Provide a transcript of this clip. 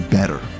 better